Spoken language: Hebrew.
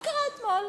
מה קרה אתמול?